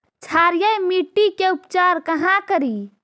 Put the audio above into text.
क्षारीय मिट्टी के उपचार कहा करी?